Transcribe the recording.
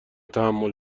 تحمل